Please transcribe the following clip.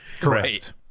Correct